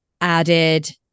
added